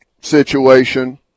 situation